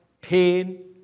pain